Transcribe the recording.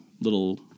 little